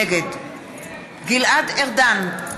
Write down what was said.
נגד גלעד ארדן,